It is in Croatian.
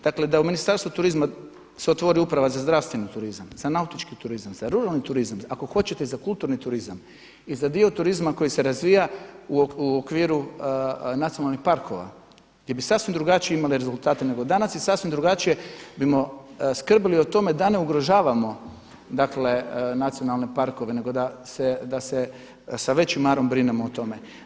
Dakle, da u Ministarstvu turizma se otvori uprava za zdravstveni turizam, za nautički turizam, za ruralni turizam, ako hoćete za kulturni turizam, i za dio turizma koji se razvija u okviru nacionalnih parkova gdje bi sasvim drugačije imali rezultate nego danas i sasvim drugačije bismo skrbili o tome da ne ugrožavamo nacionalne parkove nego da se sa većim marom brinemo o tome.